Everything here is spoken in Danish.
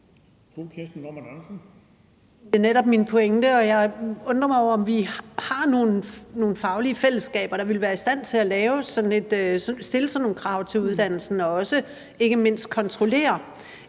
Det er netop min pointe, og jeg tænker på, om vi har nogle faglige fællesskaber, der ville være i stand til at stille sådan nogle krav til uddannelsen og ikke mindst kontrollere,